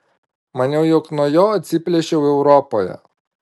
maniau jog nuo jo atsiplėšiau europoje